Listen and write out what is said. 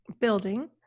building